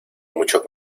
mucho